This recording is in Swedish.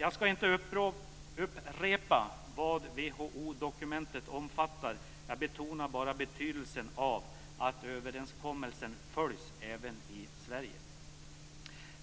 Jag ska inte redovisa vad WHO dokumentet omfattar utan vill bara betona betydelsen av att överenskommelsen följs även i Sverige.